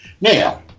Now